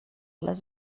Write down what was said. les